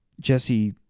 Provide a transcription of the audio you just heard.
Jesse